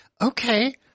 okay